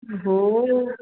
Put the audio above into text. हो